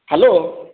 hello